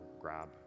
grab